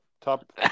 top